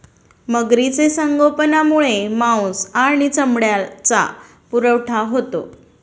मगरीचे संगोपनामुळे मांस आणि चामड्याचा पुरवठा होतो